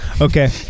Okay